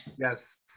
Yes